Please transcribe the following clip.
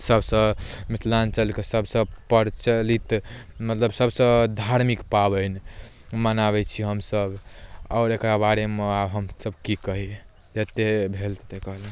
सभसँ मिथिलाञ्चलके सभसँ प्रचलित मतलब सभसँ धार्मिक पाबनि मनाबै छी हमसभ आओर एकरा बारेमे आब हमसभ की कही जतेक भेल ततेक कहलहुँ